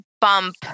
bump